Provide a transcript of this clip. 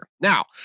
Now